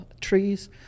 trees